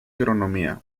agronomía